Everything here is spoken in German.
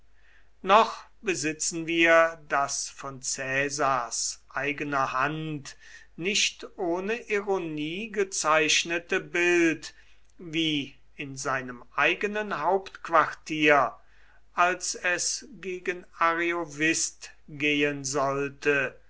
noch besitzen wir das von caesars eigener hand nicht ohne ironie gezeichnete bild wie in seinem eigenen hauptquartier als es gegen ariovist gehen sollte